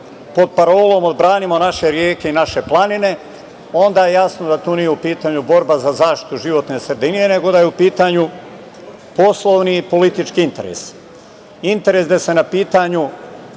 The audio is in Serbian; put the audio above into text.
pod parolom odbranimo naše reke i naše planine, onda je jasno da tu nije u pitanju borba za zaštitu životne sredine, nego da je u pitanju poslovni politički interes. Interes da se na pitanju